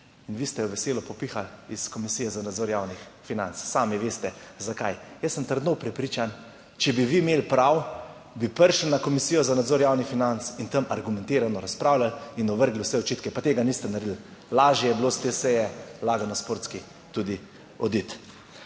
in vi ste jo veselo popihali iz Komisije za nadzor javnih financ, sami veste zakaj. Jaz sem trdno prepričan, če bi vi imeli prav, bi prišli na Komisijo za nadzor javnih financ in tam argumentirano razpravljali in ovrgli vse očitke, pa tega niste naredili. Lažje je bilo s te seje, lažje lagano sportski tudi oditi.